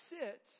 sit